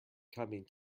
coming